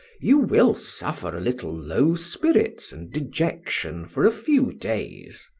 you will suffer a little low spirits and dejection for a few days.